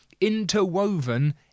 interwoven